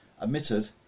Admitted